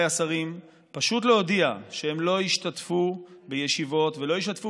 השרים פשוט להודיע שהם לא ישתתפו בישיבות ולא ישתפו